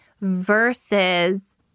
versus